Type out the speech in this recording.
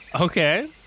Okay